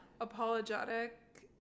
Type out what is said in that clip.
apologetic